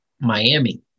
Miami